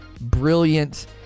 brilliant